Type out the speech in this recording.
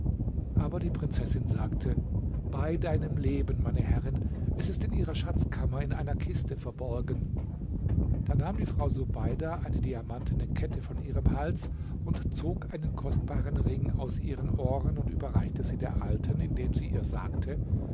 aber die prinzessin sagte bei deinem leben meine herrin es ist in ihrer schatzkammer in einer kiste verborgen da nahm die frau subeida eine diamantene kette von ihrem hals und zog einen kostbaren ring aus ihren ohren und überreichte sie der alten indem sie zu ihr sagte